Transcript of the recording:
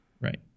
Right